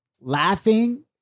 Laughing